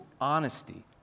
honesty